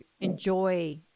enjoy